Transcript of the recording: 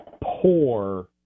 poor